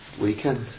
weekend